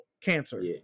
cancer